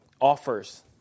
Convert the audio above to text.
offers